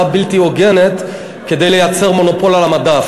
בלתי הוגנת כדי לייצר מונופול על המדף.